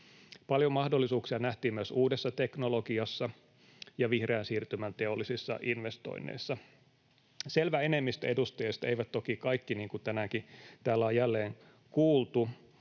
Paljon mahdollisuuksia nähtiin myös uudessa teknologiassa ja vihreän siirtymän teollisissa investoinneissa. Selvä enemmistö edustajista, eivät toki kaikki, niin kuin tänäänkin täällä on jälleen kuultu,